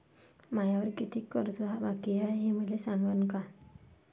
मायावर कितीक कर्ज बाकी हाय, हे मले सांगान का?